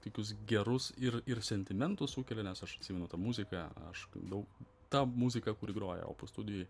tokius gerus ir ir sentimentus sukelia nes aš atsimenu tą muziką aš daug ta muzika kuri groja opus studijoj